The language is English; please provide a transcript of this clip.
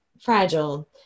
fragile